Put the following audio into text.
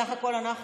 בסך הכול אנחנו